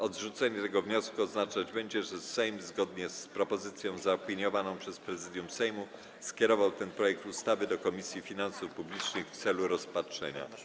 Odrzucenie tego wniosku oznaczać będzie, że Sejm, zgodnie z propozycją zaopiniowaną przez Prezydium Sejmu, skierował ten projekt ustawy do Komisji Finansów Publicznych w celu rozpatrzenia.